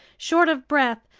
short of breath,